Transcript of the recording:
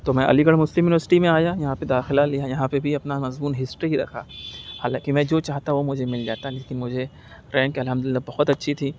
تو میں Aligarh Muslim University میں آیا یہاں پہ داخلہ لیا یہاں پہ بھی اپنا مضمون ہسٹری ہی رکھا حالانکہ میں جو چاہتا وہ مجھے مل جاتا لیکن مجھے رینک الحمد للہ بہت اچھی تھی